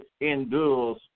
endures